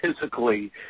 physically